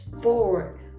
forward